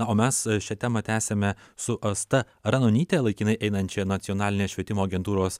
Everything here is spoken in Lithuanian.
o mes šią temą tęsiame su asta ranonytė laikinai einančia nacionalinės švietimo agentūros